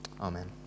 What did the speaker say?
Amen